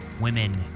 women